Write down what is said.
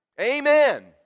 amen